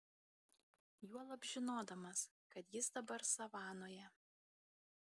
juolab žinodamas kad jis dabar savanoje